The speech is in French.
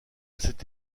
cette